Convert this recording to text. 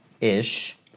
ish